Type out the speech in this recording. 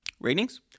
Ratings